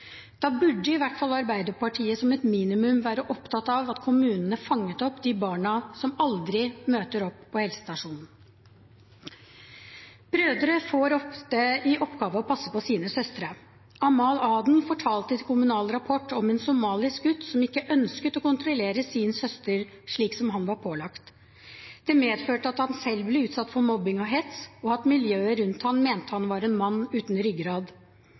Da burde i hvert fall Arbeiderpartiet som et minimum være opptatt av at kommunene fanget opp de barna som aldri møter opp på helsestasjonen. Brødre får ofte i oppgave å passe på sine søstre. Amal Aden fortalte til Kommunal Rapport om en somalisk gutt som ikke ønsket å kontrollere sin søster, slik som han var pålagt. Det medførte at han selv ble utsatt for mobbing og hets, og at miljøet rundt ham mente han var en mann uten ryggrad.